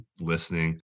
listening